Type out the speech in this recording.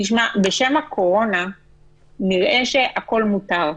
בשם הקורונה נראה שהכול מותר.